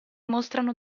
mostrano